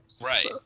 Right